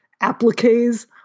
appliques